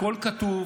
הכול כתוב,